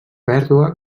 pèrdua